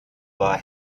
war